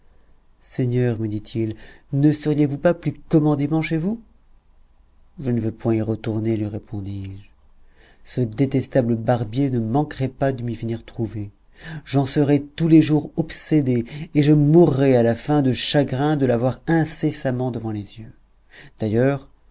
seigneur me dit-il ne seriez-vous pas plus commodément chez vous je ne veux point y retourner lui répondis-je ce détestable barbier ne manquerait pas de m'y venir trouver j'en serais tous les jours obsédé et je mourrais à la fin de chagrin de l'avoir incessamment devant les yeux d'ailleurs